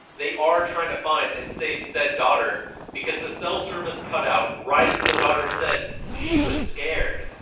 they are trying to find and save said daughter because the cell service cut out right as the daughter said she was scared,